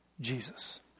Jesus